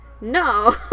no